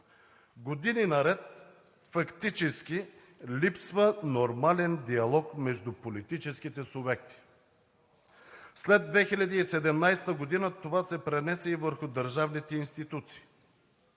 Години наред фактически липсва нормален диалог между политическите субекти. След 2017 г. това се пренесе и върху държавните институции.